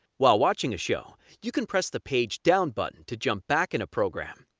while watching a show, you can press the page down button to jump back in a program